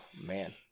man